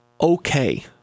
okay